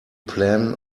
plan